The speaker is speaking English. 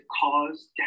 cause